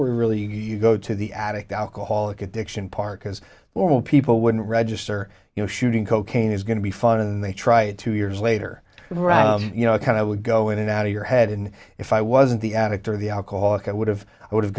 where we really you go to the addict alcoholic addiction part because well people wouldn't register you know shooting cocaine is going to be fun and they try to years later you know it kind of would go in and out of your head and if i wasn't the addict or the alcoholic i would have i would